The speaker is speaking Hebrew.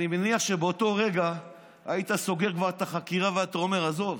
אני מניח שבאותו רגע היית סוגר כבר את החקירה ואומר: עזוב,